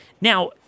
Now